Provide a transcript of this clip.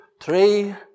three